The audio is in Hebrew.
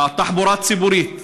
התחבורה הציבורית,